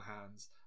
hands